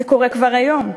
זה קורה כבר היום: